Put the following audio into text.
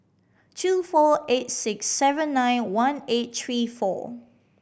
two four eight six seven nine one eight three four